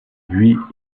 buis